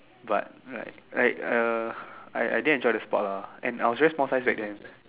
but like like uh I I didn't enjoy the sports lah and I was very small size back then